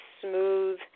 smooth